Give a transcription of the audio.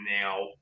now